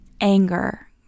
anger